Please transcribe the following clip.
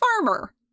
Farmer